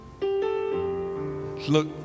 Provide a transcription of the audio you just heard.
Look